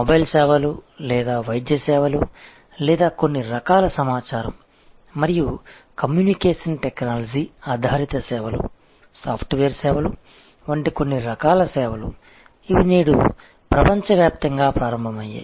mobile సేవలు లేదా వైద్య సేవలు లేదా కొన్ని రకాల సమాచారం మరియు కమ్యూనికేషన్ టెక్నాలజీ ఆధారిత సేవలు సాఫ్ట్వేర్ సేవలు వంటి కొన్ని రకాల సేవలు ఇవి నేడు ప్రపంచవ్యాప్తంగా ప్రారంభమయ్యాయి